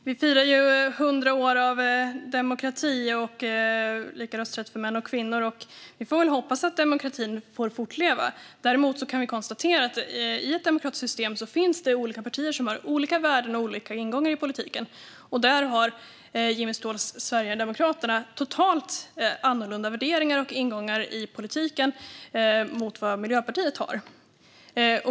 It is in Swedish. Fru talman! Vi firar 100 år av demokrati och lika rösträtt för män och kvinnor. Vi får väl hoppas att demokratin får fortleva. Däremot kan vi konstatera att det i ett demokratiskt system finns olika partier som har olika värden och olika ingångar i politiken. Och Jimmy Ståhls Sverigedemokraterna har totalt annorlunda värderingar och ingångar i politiken än vad Miljöpartiet har.